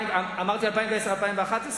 לא 2011. אמרתי 2011-2010?